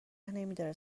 نمیداره